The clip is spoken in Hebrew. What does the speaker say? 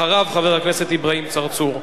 אחריו, חבר הכנסת אברהים צרצור.